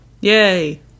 Yay